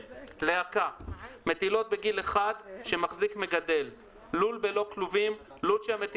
הצעת תקנות המועצה לענף הלול (כללים בדבר